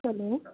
hello